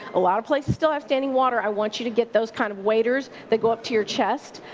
a lot of places still have standing water, i want you to get those kind of waiters that go up to your chest.